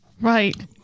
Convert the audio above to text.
Right